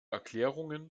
erklärungen